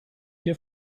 hier